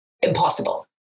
impossible